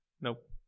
Nope